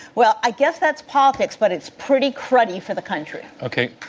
well, i guess that's politics, but it's pretty cruddy for the country. okay,